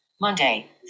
Monday